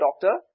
doctor